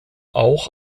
auch